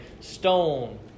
stone